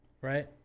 Right